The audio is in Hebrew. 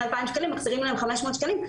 2,000 שקלים ומחזירים להן 500 שקלים.